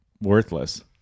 Worthless